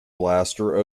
blaster